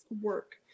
work